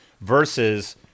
versus